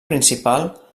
principal